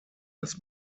das